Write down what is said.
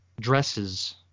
dresses